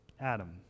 Adam